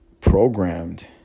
programmed